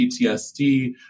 PTSD